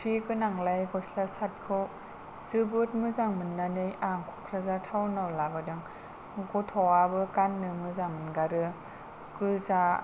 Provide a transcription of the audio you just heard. सिफि गोनांलाय गस्ला सार्ट खौ जोबोद मोजां मोननानै आं क'क्राझार टाउनाव लाबोदों गथ'आबो गाननो मोजां मोनगारो गोजा